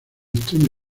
extrema